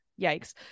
Yikes